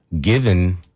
given